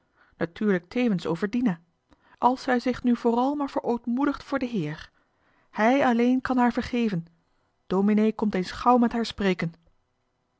natuurlijk tevens over dina als zij zich nu vooral maar verootmoedigt voor de heer hij alleen kan haar vergeven dominee komt eens gauw met haar spreken